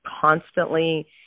constantly